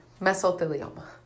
Mesothelioma